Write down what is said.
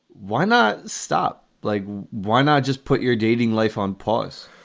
why not stop? like why not just put your dating life on pause?